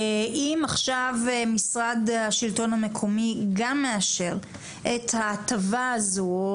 אם עכשיו משרד השלטון המקומי גם מאשר את ההטבה הזו,